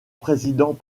président